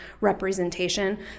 representation